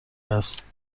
است